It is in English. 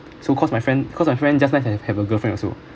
so cause my friend cause my friend just like have have a girlfriend also